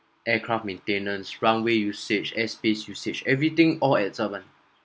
aircraft maintenance runway usage airspace usage everything all adds up lah